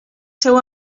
seu